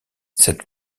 cette